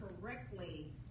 correctly